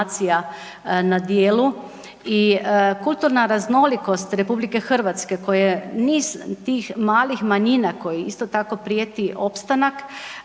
na djelu i kulturna raznolikost RH koja niz tih malih manjina koji isto tako prijeti opstanak